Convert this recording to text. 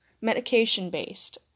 medication-based